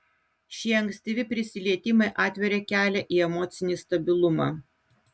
šie ankstyvi prisilietimai atveria kelią į emocinį stabilumą